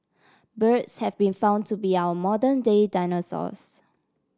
birds have been found to be our modern day dinosaurs